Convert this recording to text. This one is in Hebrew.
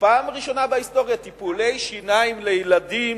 פעם ראשונה בהיסטוריה טיפולי שיניים לילדים